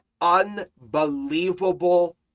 unbelievable